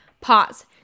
Pause